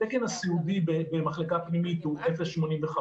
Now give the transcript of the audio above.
התקן הסיעודי במחלקה פנימית הוא 0.85,